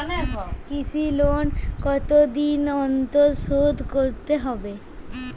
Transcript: কৃষি লোন কতদিন অন্তর শোধ করতে হবে?